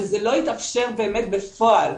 וזה לא התאפשר באמת בפועל.